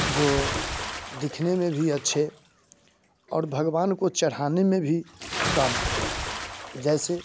जो दिखने में भी अच्छे और भगवान को चढ़ाने में भी काम आते हैं जैसे